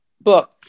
book